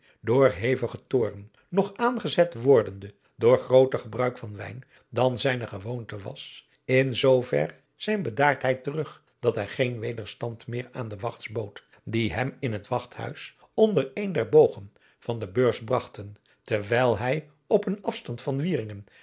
door hevigen toorn nog aangezet wordende door grooter gebruik van wijn dan zijne gewoonte was in zooverre zijne bedaardheid terug dat hij geen wederstand meer aan de wachts bood die hem in het wachthuis onder een der bogen van de beurs bragten terwijl hij op een afstand